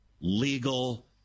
legal